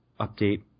update